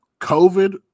COVID